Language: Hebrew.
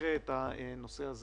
תדחה את הנושא הזה